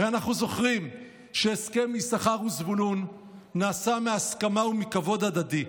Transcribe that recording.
הרי אנחנו זוכרים שהסכם יששכר וזבולון נעשה מהסכמה ומכבוד הדדי,